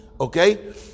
okay